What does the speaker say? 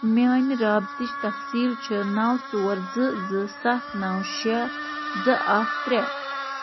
میٲنہِ رٲبطٕچ تفصیٖل چھُ نو ژور زٕ زٕ سَتھ نو شےٚ زٕ اکہ ترٛےٚ